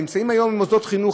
הם נמצאים היום במוסדות חינוך,